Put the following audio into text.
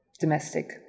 domestic